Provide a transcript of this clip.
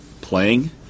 playing